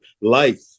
life